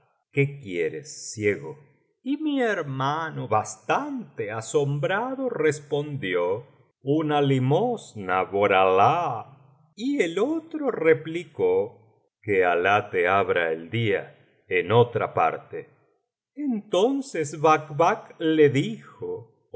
qué quieres ciego y mi hermano bastante asombrado respondió una limosna por alah y el otro replicó que alah te abra el día en otra parte entonces bacbac le dijo